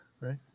right